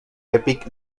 epic